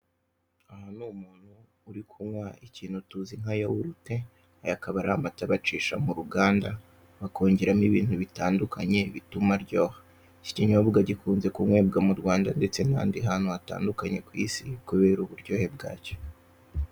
Aha ni umuntu uri kunywa ikintu tuzi nka yawurute, aya akaba ari amata bacisha mu ruganda bakongeramo ibintu bitandukanye bituma aryoha, iki kinyobwa gikunze kunywebwa mu Rwanda ndetse n'ahandi hantu hatandukanye ku isi kubera uburyohe bwacyo.